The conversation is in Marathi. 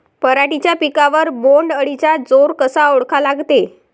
पराटीच्या पिकावर बोण्ड अळीचा जोर कसा ओळखा लागते?